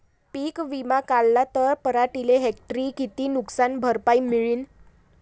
पीक विमा काढला त पराटीले हेक्टरी किती नुकसान भरपाई मिळीनं?